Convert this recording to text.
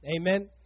Amen